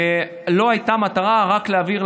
ולא הייתה מטרה רק להעביר,